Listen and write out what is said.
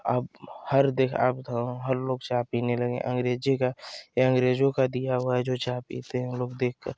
अब हर देख अब तो हर लोग चाह पीने लगे अंग्रेजी का अंग्रेजों का दिया हुआ है जो चाह पीते हैं हम लोग देख कर